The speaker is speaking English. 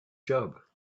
job